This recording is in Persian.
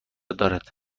دارد